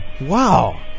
Wow